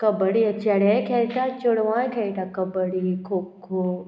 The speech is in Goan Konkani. कब्बडी चेडे खेळटा चेडवांय खेळटा कबड्डी खो खो